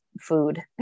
food